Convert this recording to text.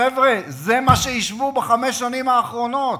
חבר'ה, זה מה שיישבו בחמש השנים האחרונות.